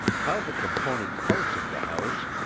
how the component parts of the house,